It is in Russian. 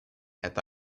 эта